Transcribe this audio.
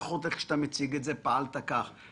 לפחות איך שאתה מציג את זה, פעלת כך.